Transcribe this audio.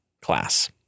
class